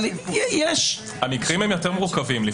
המקרים הם יותר מורכבים.